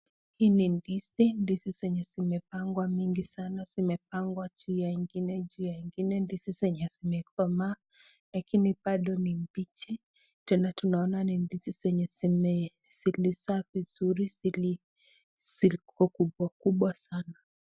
Hii ni ndizi, ndizi zenye zimepangwa mingi sana zimepangwa juu ya ingine ,juu ya ingine, ndizi zenye zimekomaa lakini bado ni bichi tena tunaona ni ndizi zenye zilizaa vizuri, zilikua kubwa kubwa sana.